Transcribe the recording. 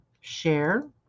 Share